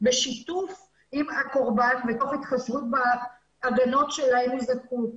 בשיתוף עם הקורבן ותוך התחשבות בהגנה עליו אם הוא זקוק.